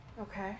Okay